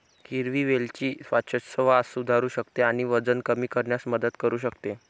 हिरवी वेलची श्वासोच्छवास सुधारू शकते आणि वजन कमी करण्यास मदत करू शकते